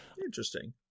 Interesting